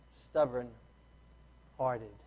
stubborn-hearted